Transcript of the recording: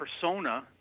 persona